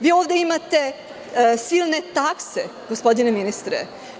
Vi ovde imate silne takse, gospodine ministre.